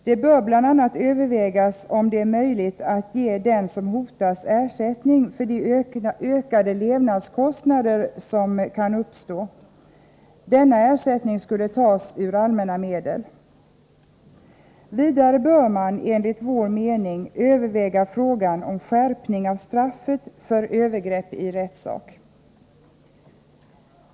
Det bör bl.a. övervägas om det är möjligt att ge den som hotas ersättning för de ökade levnadskostnader som kan uppstå. Denna ersättning skulle tas ur allmänna medel. Vidare bör man, enligt vår mening, överväga frågan om en skärpning av straffet för övergrepp i rättssak.